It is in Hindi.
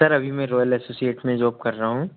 सर अभी मैं रॉयल एसोसिएट्स में जॉब कर रहा हूँ